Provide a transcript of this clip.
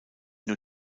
new